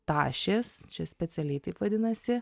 tašės čia specialiai taip vadinasi